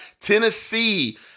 Tennessee